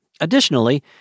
Additionally